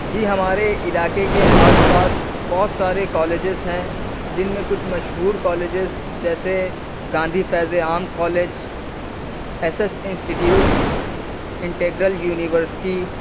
جی ہمارے علاقے کے آس پاس بہت سارے کالجز ہیں جن میں کچھ مشہور کالجز جیسے Gandhi Faiz Aam college S S institute integral university